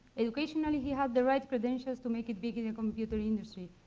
educationally, he had the right credentials to make it big in the computer industry,